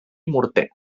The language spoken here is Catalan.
morter